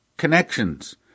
connections